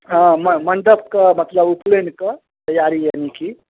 हॅं मण्डप के बाकी आ उपनयन के तैयारी यानी कि